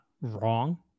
wrong